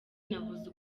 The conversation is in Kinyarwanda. nabuze